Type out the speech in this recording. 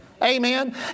Amen